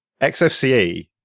Xfce